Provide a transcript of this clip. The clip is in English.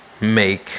make